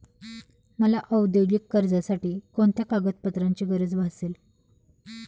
मला औद्योगिक कर्जासाठी कोणत्या कागदपत्रांची गरज भासेल?